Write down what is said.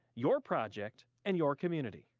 your project and your community.